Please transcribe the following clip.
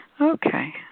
Okay